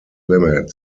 limit